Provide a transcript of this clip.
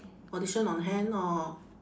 audition on hand or